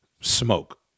smoke